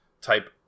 type